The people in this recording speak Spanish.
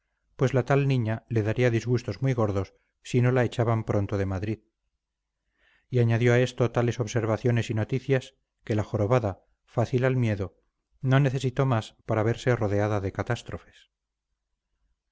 pues la tal niña le daría disgustos muy gordos si no la echaban pronto de madrid y añadió a esto tales observaciones y noticias que la jorobada fácil al miedo no necesitó más para verse rodeada de catástrofes